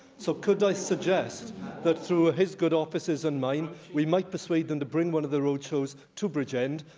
so, could i suggest that through his good offices and mine, we might persuade them to bring one of the roadshows to bridgend,